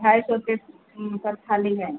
ढाई सौ रुपीस पर थाली है